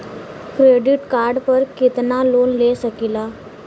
Credit card पर कितनालोन ले सकीला?